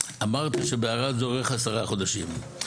אמרת שבערד עורך 10 חודשים,